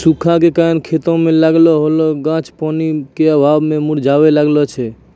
सूखा के कारण खेतो मे लागलो होलो गाछ पानी के अभाव मे मुरझाबै लागै छै